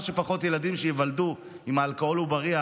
שפחות ילדים שייוולדו עם אלכוהול עוברי,